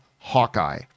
Hawkeye